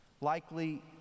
Likely